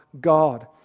God